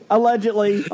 Allegedly